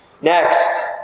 Next